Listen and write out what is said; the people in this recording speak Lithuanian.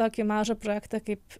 tokį mažą projektą kaip